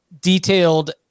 detailed